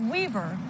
Weaver